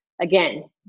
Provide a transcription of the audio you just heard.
Again